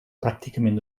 pràcticament